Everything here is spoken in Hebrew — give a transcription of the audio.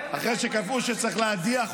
אחרי שכתבו שצריך להדיח אותו,